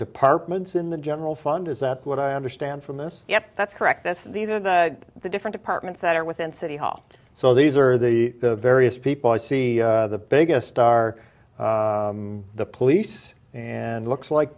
departments in the general fund is that what i understand from this yes that's correct that's these are the different departments that are within city hall so these are the various people i see the biggest are the police and looks like